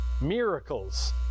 Miracles